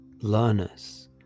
learners